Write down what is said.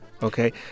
Okay